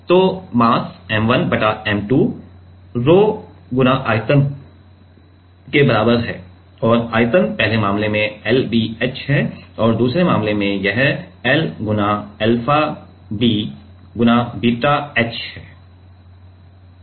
तो mass m1 बटा m2 rho गुणा आयतन के बराबर है आयतन पहले मामले में lbh है और दूसरे मामले में यह l गुणा alpha b गुणा बीटा h है